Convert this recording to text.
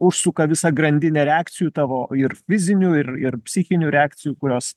užsuka visą grandinę reakcijų tavo ir fizinių ir ir psichinių reakcijų kurios